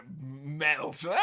melt